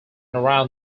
around